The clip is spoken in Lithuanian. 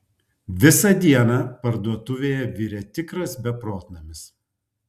visą dieną parduotuvėje virė tikras beprotnamis